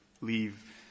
leave